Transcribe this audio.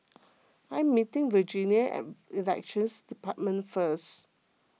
I am meeting Virginia at Elections Department first